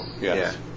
yes